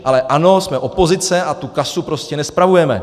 Ale ano, jsme opozice a tu kasu prostě nespravujeme.